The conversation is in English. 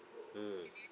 mm